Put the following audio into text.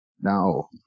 Now